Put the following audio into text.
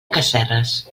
casserres